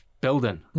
building